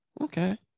okay